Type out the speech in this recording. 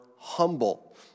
humble